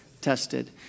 tested